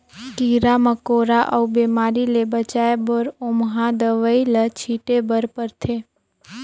कीरा मकोरा अउ बेमारी ले बचाए बर ओमहा दवई ल छिटे बर परथे